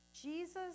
Jesus